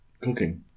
cooking